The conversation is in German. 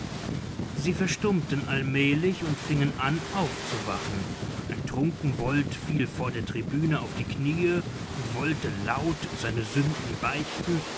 sie verstummten allmählich und fingen an aufzuwachen ein trunkenbold fiel vor der tribüne auf die kniee und wollte laut seine sünden beichten